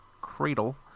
Cradle